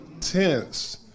tense